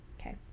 okay